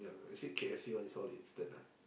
yeah actually K_F_C all this all instant ah